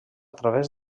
través